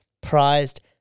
prized